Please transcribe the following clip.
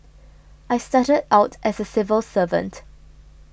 I started out as a civil servant